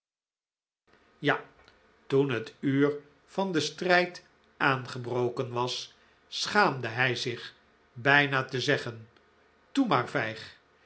ja toen het uur van den strijd aangebroken was schaamde hij zich bijna te zeggen toe maar